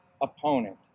opponent